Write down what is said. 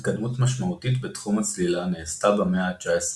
התקדמות משמעותית בתחום הצלילה נעשתה במאה ה-19,